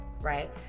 Right